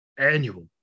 Annual